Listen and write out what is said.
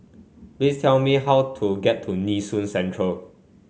please tell me how to get to Nee Soon Central